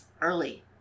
early